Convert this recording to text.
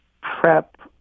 prep